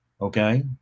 okay